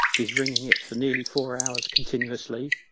he's ringing it for nearly four hours continuously,